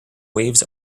waves